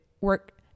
work